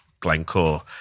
Glencore